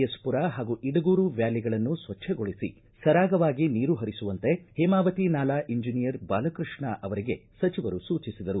S ಮರ ಹಾಗೂ ಇಡಗೂರು ವ್ಯಾಲಿಗಳನ್ನು ಸ್ವಜ್ವಗೊಳಿಸಿ ಸರಾಗವಾಗಿ ನೀರು ಪರಿಸುವಂತೆ ಹೇಮಾವತಿ ನಾಲಾ ಇಂಜಿನಿಯರ್ ಬಾಲಕೃಷ್ಣ ಅವರಿಗೆ ಸಚಿವರು ಸೂಚಿಸಿದರು